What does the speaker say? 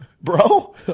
Bro